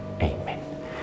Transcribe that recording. Amen